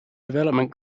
development